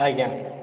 ଆଜ୍ଞା